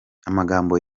amagambo